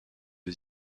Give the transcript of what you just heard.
des